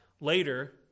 later